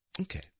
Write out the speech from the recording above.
Okay